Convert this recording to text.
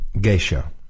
Geisha